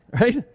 Right